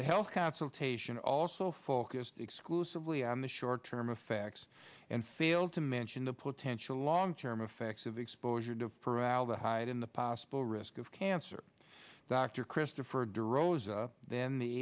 the health consultation also focused exclusively on the short term effects and failed to mention the potential long term effects of exposure to corral the hide in the possible risk of cancer dr christopher